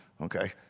okay